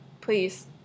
Please